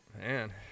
Man